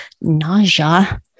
nausea